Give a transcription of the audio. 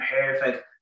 perfect